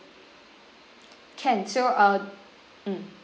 can so I'll mm